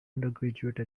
undergraduate